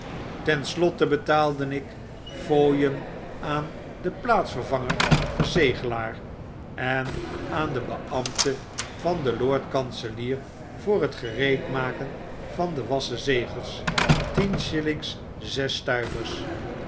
ten slotte betaalde ik fooien aan den plaatsvervanger verzegelaar en aan den beambte van den lord kanselier voor tgereedmaken van de wassen zegels tien shillings zes stuivers